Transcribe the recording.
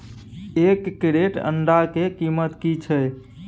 एक क्रेट अंडा के कीमत की छै?